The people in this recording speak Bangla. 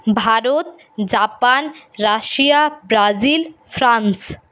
Bharat Japan Russia Brazil France